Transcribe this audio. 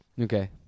Okay